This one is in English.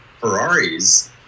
Ferraris